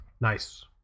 Nice